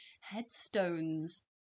headstones